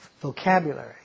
vocabulary